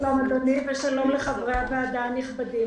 שלום אדוני ושלום לחברי הוועדה הנכבדים.